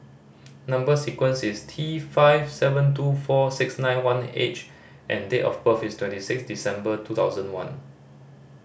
number sequence is T five seven two four six nine one H and date of birth is twenty six December two thousand one